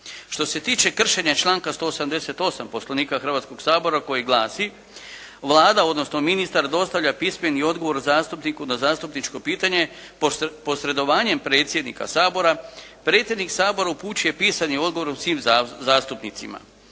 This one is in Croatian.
Što se tiče kršenja članka 188. Poslovnika Hrvatskoga sabora koji glasi: Vlada odnosno ministar dostavlja pismeni odgovor zastupniku na zastupničko pitanje posredovanjem predsjednika Sabora. Predsjednik Sabora upućuje pisani odgovor svim zastupnicima